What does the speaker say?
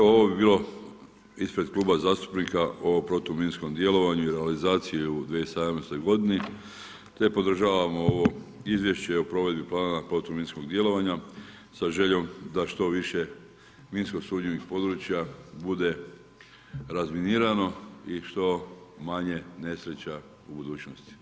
Ovo bi bilo ispred Kluba zastupnika o protuminskom djelovanju i realizaciji u 2017. g. te podržavamo ovo izvješće o provedbi plana protuminskog djelovanja, sa željom da što više minsko sumnjivih područja bude razminirano i što manje nesreća u budućnosti.